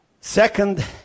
Second